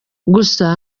gusa